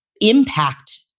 impact